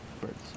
Birds